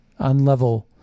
unlevel